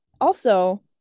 also-